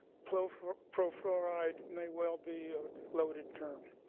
pro-fluoride pro-fluoride may well be a loaded term.